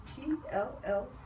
PLLC